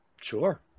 Sure